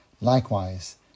likewise